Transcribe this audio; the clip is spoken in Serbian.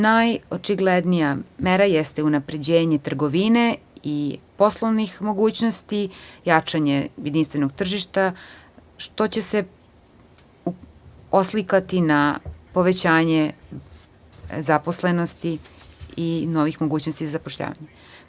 Najočiglednija mera jeste unapređenje trgovine i poslovnih mogućnosti i jačanje jedinstvenog tržišta, što će se oslikati na povećanje zaposlenosti i novih mogućnosti zapošljavanja.